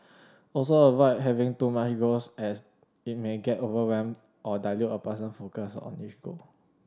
also avoid having too many goals as it may get overwhelm or dilute a person focus on each goal